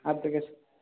application